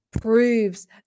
proves